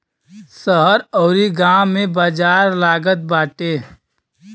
शहर अउरी गांव में बाजार लागत बाटे